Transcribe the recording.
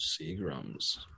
Seagram's